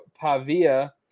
Pavia